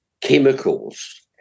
chemicals